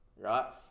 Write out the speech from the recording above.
Right